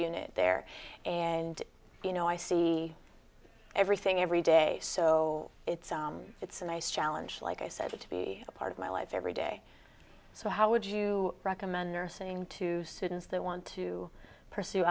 unit there and you know i see everything every day so it's a it's a nice challenge like i said to be a part of my life every day so how would you recommend nursing to students that want to pursue